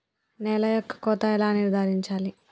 నేల యొక్క కోత ఎలా నిర్ధారించాలి?